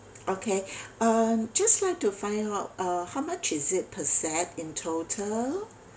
okay uh just like to find out uh how much is it per set in total